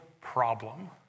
problem